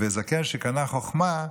וזקן שקנה חוכמה,